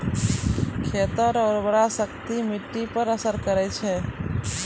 खेत रो उर्वराशक्ति मिट्टी पर असर करै छै